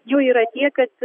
jų yra tiek kad